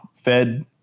fed